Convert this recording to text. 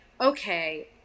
okay